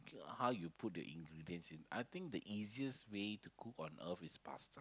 how you put your ingredients I think the easiest way to cook on earth is pasta